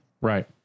Right